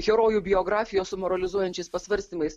herojų biografijos su moralizuojančiais pasvarstymais